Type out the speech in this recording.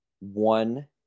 One